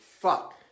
Fuck